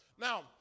Now